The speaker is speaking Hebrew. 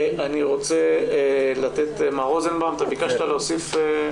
מר רוזנבאום ביקשת להוסיף.